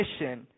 mission